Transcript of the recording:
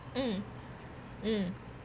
mm mm